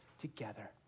together